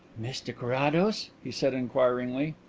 mr carrados? he said inquiringly.